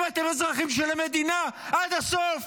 אם אתם אזרחים של המדינה, עד הסוף: